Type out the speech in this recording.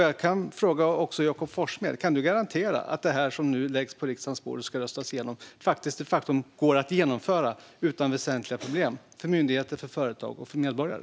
Jag kan fråga Jakob Forssmed: Kan du garantera att det som nu läggs på riksdagens bord och ska röstas igenom faktiskt går att genomföra utan väsentliga problem för myndigheter, företag och medborgare?